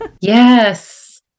Yes